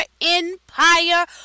empire